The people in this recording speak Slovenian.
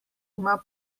ima